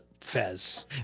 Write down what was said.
Fez